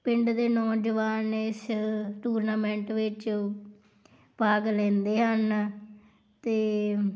ਪਿੰਡ ਦੇ ਨੌਜਵਾਨ ਇਸ ਟੂਰਨਾਮੈਂਟ ਵਿੱਚ ਭਾਗ ਲੈਂਦੇ ਹਨ ਅਤੇ